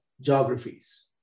geographies